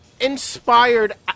inspired